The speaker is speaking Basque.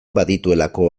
badituelako